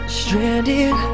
stranded